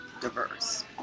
diverse